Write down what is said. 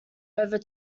over